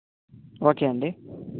okay అండి